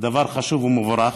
דבר חשוב ומבורך,